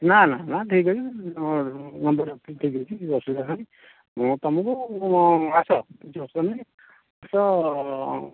ନା ନା ନା ଠିକ ଅଛି କିଛି ଅସୁବିଧା ନାହିଁ ମୁଁ ତୁମକୁ ଆସ କିଛି ଅସୁବିଧା ନାହିଁ ଆସ